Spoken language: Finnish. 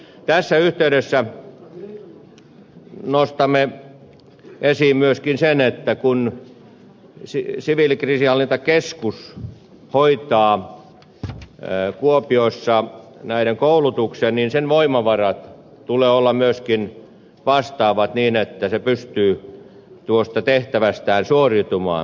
tässä yhteydessä nostamme esiin myöskin sen että kun siviilikriisinhallintakeskus hoitaa kuopiossa koulutuksen niin sen voimavarojen tulee olla myöskin vastaavat niin että se pystyy tuosta tehtävästään suoriutumaan